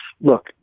Look